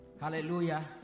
Hallelujah